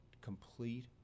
complete